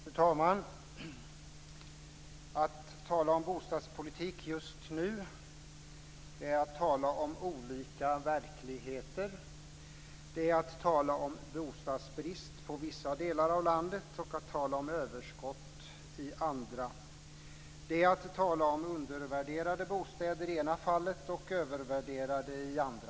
Fru talman! Att tala om bostadspolitik just nu är att tala om olika verkligheter. Det är att tala om bostadsbrist i vissa delar av landet och att tala om överskott i andra. Det är att tala om undervärderade bostäder i det ena fallet och övervärderade i andra.